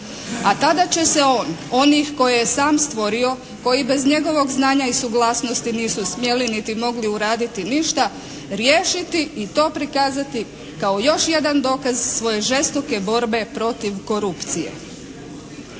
a tada će se on, on koje je sam stvorio, koji bez njegovog znanja i suglasnosti nisu smjeli niti mogli uraditi ništa, riješiti i to prikazati kao još jedan dokaz svoje žestoke borbe protiv korupcije.